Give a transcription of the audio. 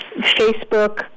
Facebook